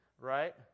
right